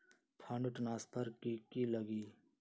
Fund transfer कि की लगी?